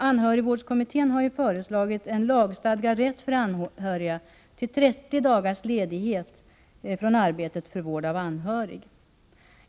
Anhörigvårdskommittén har ju föreslagit en lagstadgad rätt till 30 dagars ledighet från arbetet för vård av anhörig.